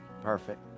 Perfect